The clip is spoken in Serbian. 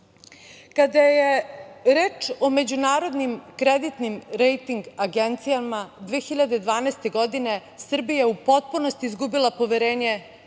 je reč o međunarodnim kreditnim rejting agencijama 2012. godine Srbija je u potpunosti izgubila poverenje